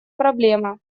проблема